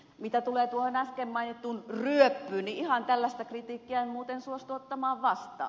mitä tulee tuohon äsken mainittuun ryöppyyn niin ihan tällaista kritiikkiä en muuten suostu ottamaan vastaan